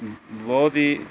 ਬਹੁਤ ਹੀ